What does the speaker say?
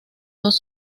dos